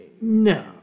No